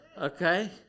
Okay